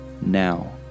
now